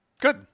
Good